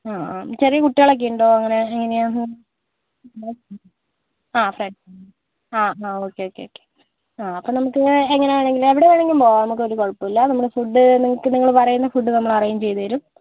ആ ആ ചെറിയ കുട്ടികളൊക്കെ ഉണ്ടോ അങ്ങനെ എങ്ങനെയാണ് ആ ഫ്രണ്ട്സ് ആ ആ ഓക്കേ ഓക്കേ ഓക്കേ ആ അപ്പോൾ നമുക്ക് എങ്ങനെ വേണമെങ്കിലും എവിടെ വേണമെങ്കിലും പോവാം നമുക്ക് ഒരു കുഴപ്പം ഇല്ല നമ്മൾ ഫുഡ് നിങ്ങൾക്ക് നിങ്ങൾ പറയുന്ന ഫുഡ് നമ്മൾ അറേഞ്ച് ചെയ്ത് തരും